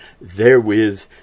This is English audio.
therewith